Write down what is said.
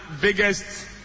biggest